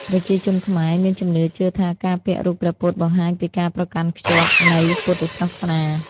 ប្រជាជនខ្មែរ មានជំនឿជឿថាការពាក់រូបព្រះពុទ្ធបង្ហាញពីការប្រកាន់ខ្ជាប់នៃពុទ្ធសាសនា។